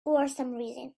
reason